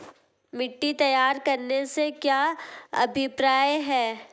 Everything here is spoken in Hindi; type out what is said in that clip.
मिट्टी तैयार करने से क्या अभिप्राय है?